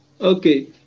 Okay